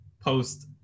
post